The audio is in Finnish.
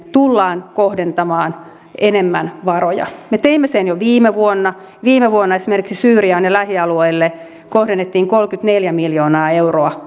tullaan kohdentamaan enemmän varoja me teimme sen jo viime vuonna viime vuonna esimerkiksi syyriaan ja lähialueille kohdennettiin kolmekymmentäneljä miljoonaa euroa